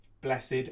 Blessed